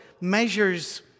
measures